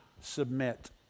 submit